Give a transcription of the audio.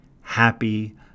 happy